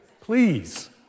Please